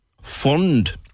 fund